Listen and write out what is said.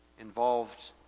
involved